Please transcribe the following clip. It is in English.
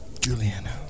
Juliana